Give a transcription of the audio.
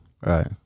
Right